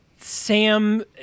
Sam